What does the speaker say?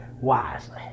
wisely